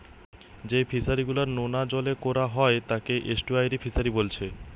যেই ফিশারি গুলা নোনা জলে কোরা হয় তাকে এস্টুয়ারই ফিসারী বোলছে